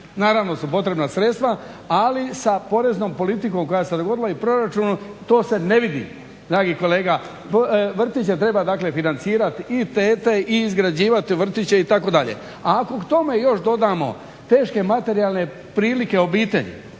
naravno su potrebna sredstva, ali sa poreznom politikom koja se dogodila i proračunom to se ne vidi, dragi kolega vrtiće treba dakle financirati, i tete i izgrađivati vrtiće itd. A ako k tome još dodamo teške materijalne prilike obitelji,